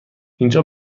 اینجا